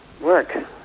work